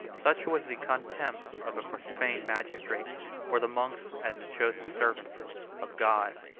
such was the contempt of a profane magistrate for the monks as the chosen servants of god.